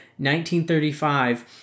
1935